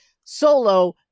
solo